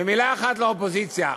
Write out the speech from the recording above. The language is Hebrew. ומילה אחת לאופוזיציה: